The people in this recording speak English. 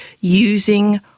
using